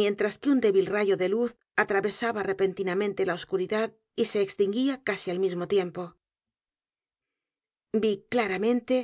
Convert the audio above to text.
mientras que un débil rayo de luz atravesaba repentinamente la oscuridad y se extinguía casi al mismo tiempo vi claramente